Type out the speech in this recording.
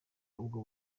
ubwo